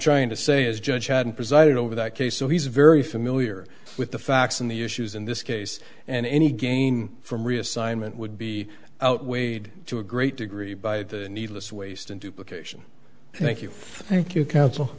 trying to say is judge had presided over that case so he's very familiar with the facts and the issues in this case and any gain from reassignment would be outweighed to a great degree by the needless waste and duplications thank you thank you counsel